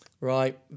Right